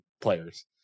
players